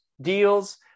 Deals